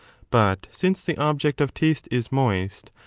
but, since the object of taste is moist,